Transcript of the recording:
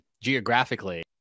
geographically